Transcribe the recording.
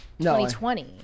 2020